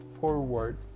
forward